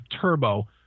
turbo